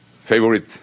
favorite